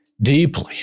deeply